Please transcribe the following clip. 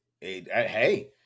hey